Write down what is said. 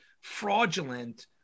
fraudulent